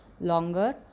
longer